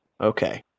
Okay